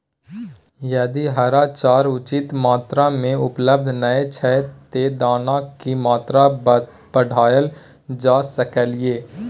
यदि हरा चारा उचित मात्रा में उपलब्ध नय छै ते दाना की मात्रा बढायल जा सकलिए?